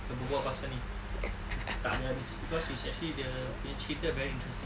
berbual pasal ni tak habis-habis cause it's actually the punya cerita is very interesting